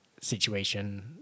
situation